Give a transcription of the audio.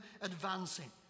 advancing